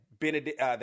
Benedict